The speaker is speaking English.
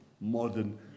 modern